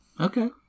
Okay